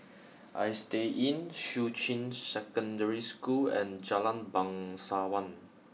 Istay Inn Shuqun Secondary School and Jalan Bangsawan